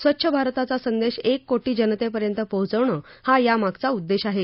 स्वच्छ भारताचा संदेश एक कोटी जनतेपर्यंत पोहोचवणं हा यामागचा उद्देश आहे